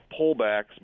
pullbacks